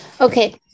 Okay